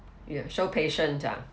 you so patient ah